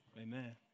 Amen